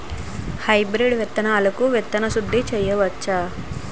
Hybrid విత్తనాలకు విత్తన శుద్ది చేయవచ్చ?